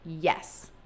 yes